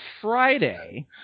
Friday